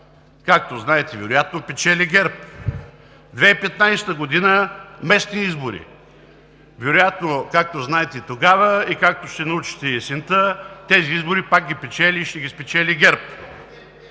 Както знаете вероятно, печели ГЕРБ. 2015 г. – местни избори. Вероятно, както знаете, и тогава, и както ще научите и есента, тези избори пак ги печели и ще ги спечели ГЕРБ.